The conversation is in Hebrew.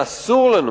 שאסור לנו,